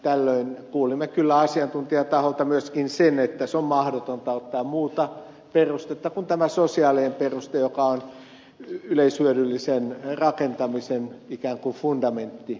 tällöin kuulimme kyllä asiantuntijataholta myöskin sen että on mahdotonta ottaa muuta perustetta kuin tämä sosiaalinen peruste joka on yleishyödyllisen rakentamisen ikään kuin fundamentti